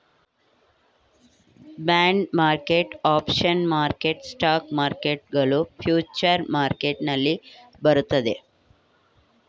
bond market, options market, stock market ಗಳು future market ನಲ್ಲಿ ಬರುತ್ತದೆ